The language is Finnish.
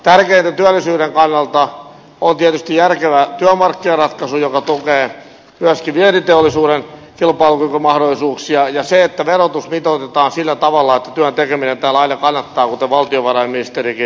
tärkeätä työllisyyden kannalta on tietysti järkevä työmarkkinaratkaisu joka tukee myöskin vientiteollisuuden kilpailukykymahdollisuuksia ja se että verotus mitoitetaan sillä tavalla että työn tekeminen täällä aina kannattaa kuten valtiovarainministerikin sanoi